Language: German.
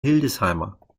hildesheimer